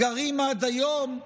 גרים עד היום.